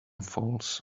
falls